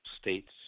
states